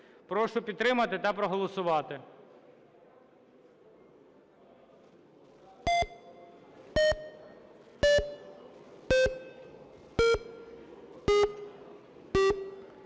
Прошу підтримати та проголосувати.